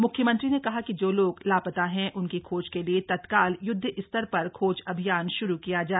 मुख्यमंत्री ने कहा कि जो लोग लापता हैं उनकी खोज के लिए तत्काल युद्ध स्तर पर खोज अभियान श्रू किया जाए